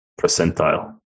percentile